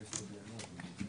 לא.